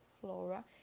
flora